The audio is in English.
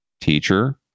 Teacher